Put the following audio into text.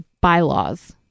bylaws